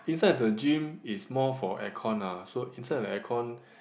inside the gym is more for air con lah so inside the air con